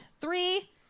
three